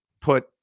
put